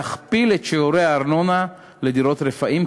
להכפיל את שיעורי הארנונה על דירות רפאים,